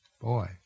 Boy